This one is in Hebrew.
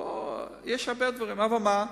יש הרבה דברים, אבל מה?